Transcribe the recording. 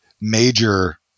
major